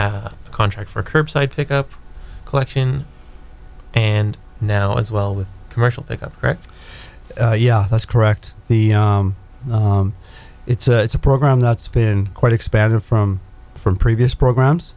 a contract for curbside pickup collection and now as well with commercial wrecked yeah that's correct the it's a it's a program that's been quite expanded from from previous programs